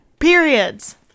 Periods